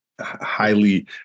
highly